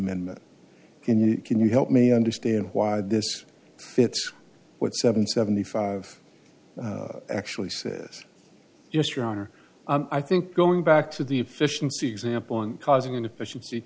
admin can you can you help me understand why this fits what seven seventy five actually says yes your honor i think going back to the efficiency example and causing inefficiency